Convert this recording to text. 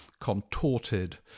contorted